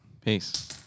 Peace